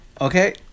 Okay